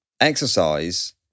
exercise